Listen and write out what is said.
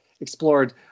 explored